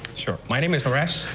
sure, my name is naresh.